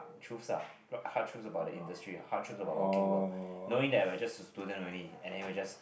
truths lah hard truth about the industry hard truths about working world knowing that we're just a student only and then we're just